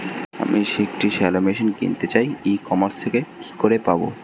আমি একটি shallow machine কিনতে চাই ই কমার্স থেকে কি করে পাবো?